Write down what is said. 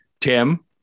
Tim